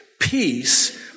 peace